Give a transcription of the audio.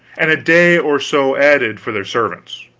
and a day or so added for their servants.